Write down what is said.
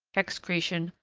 excretion,